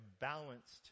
balanced